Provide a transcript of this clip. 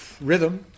rhythm